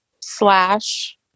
slash